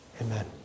amen